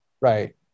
Right